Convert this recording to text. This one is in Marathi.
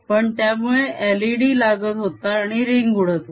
पण त्यामुळे led लागत होता आणि रिंग उडत होती